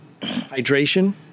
hydration